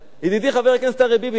ידידי חבר הכנסת אריה ביבי,